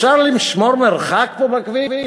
אפשר לשמור מרחק פה, בכביש?